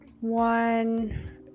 one